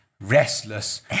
restless